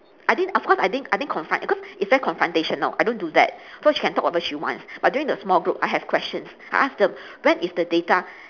I think of course I didn't I didn't confront cause it's very confrontational I don't do that so she can talk whatever she wants but during the small group I have questions I ask them when is the data